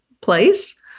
place